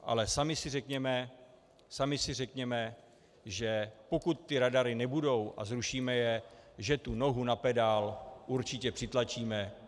Ale sami si řekněme, sami si řekněme, že pokud ty radary nebudou a zrušíme je, že tu nohu na pedál určitě přitlačíme.